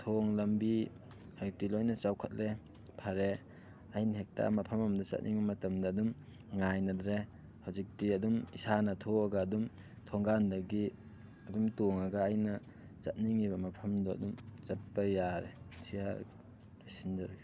ꯊꯣꯡ ꯂꯝꯕꯤ ꯍꯧꯖꯤꯛꯇꯤ ꯂꯣꯏꯅ ꯆꯥꯎꯈꯠꯂꯦ ꯐꯔꯦ ꯑꯩꯅ ꯍꯦꯛꯇ ꯃꯐꯝ ꯑꯃꯗ ꯆꯠꯅꯤꯡꯕ ꯃꯇꯝꯗ ꯑꯗꯨꯝ ꯉꯥꯏꯅꯗ꯭ꯔꯦ ꯍꯧꯖꯤꯛꯇꯤ ꯑꯗꯨꯝ ꯏꯁꯥꯅ ꯊꯣꯛꯑꯒ ꯑꯗꯨꯝ ꯊꯣꯡꯒꯥꯟꯗꯒꯤ ꯑꯗꯨꯝ ꯇꯣꯡꯉꯒ ꯑꯩꯅ ꯆꯠꯅꯤꯡꯉꯤꯕ ꯃꯐꯝꯗꯣ ꯑꯗꯨꯝ ꯆꯠꯄ ꯌꯥꯔꯦ ꯑꯁꯤ ꯍꯥꯏꯔꯒ ꯂꯣꯏꯁꯤꯟꯖꯔꯒꯦ